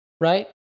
right